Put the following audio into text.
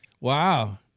Wow